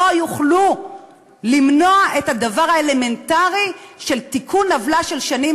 לא יוכלו למנוע את הדבר האלמנטרי של תיקון עוולה של שנים,